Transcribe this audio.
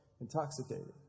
intoxicated